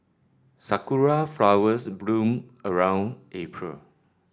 Sakura flowers bloom around April